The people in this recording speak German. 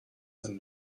denn